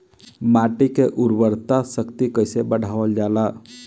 माटी के उर्वता शक्ति कइसे बढ़ावल जाला?